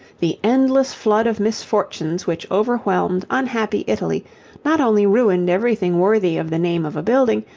the endless flood of misfortunes which overwhelmed unhappy italy not only ruined everything worthy of the name of a building,